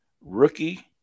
rookie